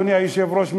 אדוני היושב-ראש,